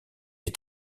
des